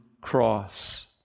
cross